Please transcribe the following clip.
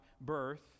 birth